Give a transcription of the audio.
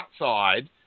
outside